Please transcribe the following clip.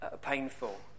painful